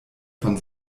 von